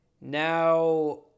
Now